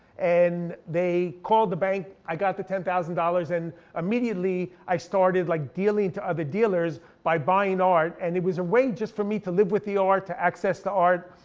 and they called the bank. i got the ten thousand dollars and immediately i started like dealing to other dealers by buying art. and it was a way just for me to live with the art, to access the art,